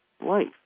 life